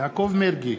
יעקב מרגי,